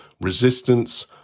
resistance